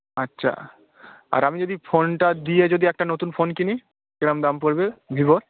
আচ্ছা আর আমি যদি ফোনটা দিয়ে যদি একটা নতুন ফোন কিনি কেরম দাম পড়বে ভিভোর